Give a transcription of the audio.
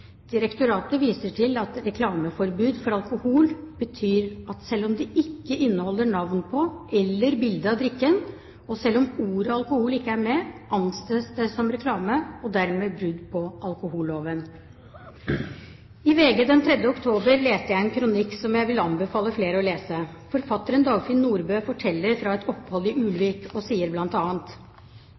Direktoratet viser til at reklameforbud for alkohol betyr at selv om teksten ikke inneholder navn på, eller bilde av, drikken, og selv om ordet alkohol ikke er med, anses det som reklame – og dermed brudd på alkoholloven. I VG den 3. oktober leste jeg en kronikk som jeg vil anbefale flere å lese. Forfatteren Dagfinn Nordbø forteller fra et opphold i Ulvik. Han sier